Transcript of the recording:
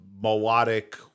melodic